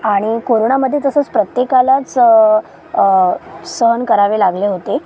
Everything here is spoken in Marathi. आणि कोरोनामध्ये तसंच प्रत्येकालाच सहन करावे लागले होते